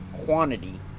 quantity